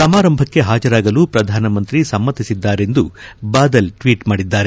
ಸಮಾರಂಭಕ್ಕೆ ಹಾಜರಾಗಲು ಪ್ರಧಾನಮಂತ್ರಿ ಸಮ್ಕತಿಸಿದ್ದಾರೆಂದು ಬಾದಲ್ ಟ್ಲೀಟ್ ಮಾಡಿದ್ದಾರೆ